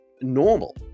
normal